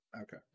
okay